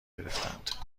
گرفتند